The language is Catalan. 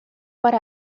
per